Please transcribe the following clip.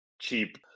cheap